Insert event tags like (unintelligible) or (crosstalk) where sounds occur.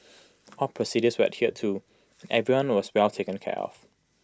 all procedures were adhered to everyone was (unintelligible) taken care of